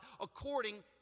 according